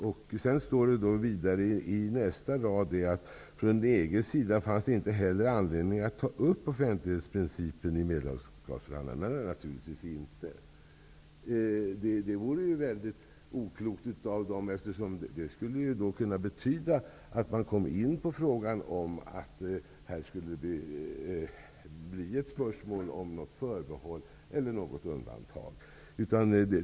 På nästa rad står det vidare att det från EG:s sida inte heller fanns anledning att ta upp offentlighetsprincipen i medlemskapsförhandlingarna. Nej, naturligtvis inte. Det vore mycket oklokt av EG. Det skulle kunna betyda att man kom in på frågan om ett förbehåll eller ett undantag.